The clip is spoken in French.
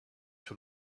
sur